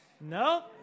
No